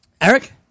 Eric